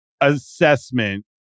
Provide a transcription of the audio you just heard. assessment